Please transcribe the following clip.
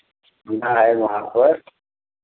घूमना है वहाँ पर